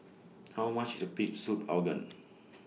How much IS Pig Soup Organ